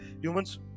humans